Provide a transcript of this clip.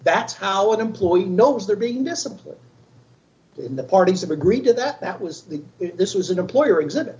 that's how an employee knows they're being disciplined in the parties have agreed to that that was the this was an employer exhibit